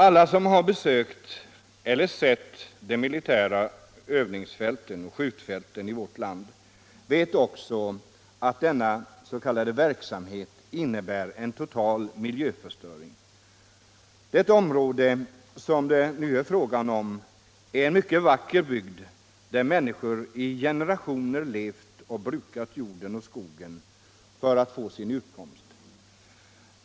Alla som har besökt eller sett de militära övningsfälten och skjutfälten i vårt land vet att den verksamhet som där bedrivs innebär en total miljöförstöring. Det område det nu är fråga om är en mycket vacker bygd där människor i generationer levt och brukat jorden och skogen för att få sin utkomst.